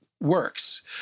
works